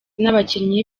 n’abakinnyi